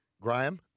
Graham